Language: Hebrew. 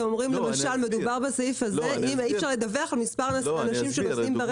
אתם אומרים שאי אפשר לדווח על מספר האנשים שנוסעים ברכב.